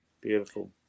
Beautiful